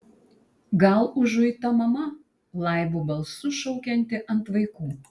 gal užuita mama laibu balsu šaukianti ant vaikų